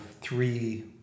three